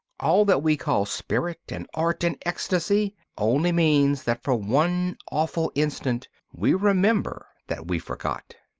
all that we call spirit and art and ecstasy only means that for one awful instant we remember that we forget.